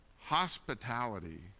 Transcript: Hospitality